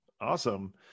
Awesome